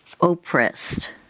oppressed